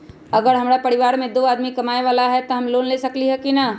अगर हमरा परिवार में दो आदमी कमाये वाला है त हम लोन ले सकेली की न?